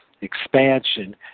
expansion